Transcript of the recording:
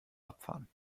abfahren